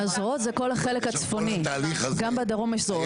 הזרועות זה כל החלק הצפוני גם בדרום יש זרועות.